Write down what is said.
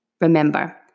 Remember